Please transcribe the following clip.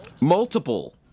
Multiple